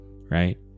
right